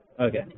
Okay